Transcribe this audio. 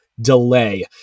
delay